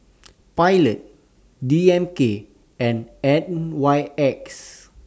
Pilot D M K and N Y X